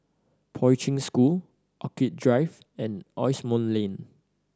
Poi Ching School Orchid Drive and Asimont Lane